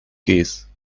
geese